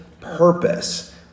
purpose